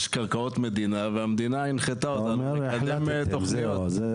יש קרקעות מדינה והמדינה הנחתה אותנו לקדם תוכניות.